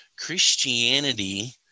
Christianity